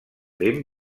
ben